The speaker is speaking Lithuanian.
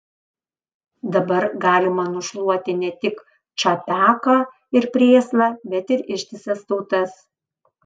dabar galima nušluoti ne tik čapeką ir prėslą bet ir ištisas tautas